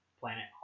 Planet